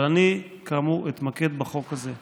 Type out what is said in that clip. אבל אני כאמור אתמקד בחוק הזה.